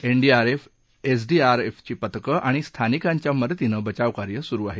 NDRF एसडीआर एफची पथकं आणि स्थानिकांच्या मदतीनं बचावकार्य सुरू आहे